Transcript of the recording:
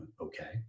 okay